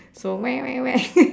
so